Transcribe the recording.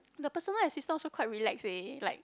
the personal assistant also quite relax leh like